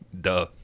Duh